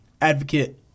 advocate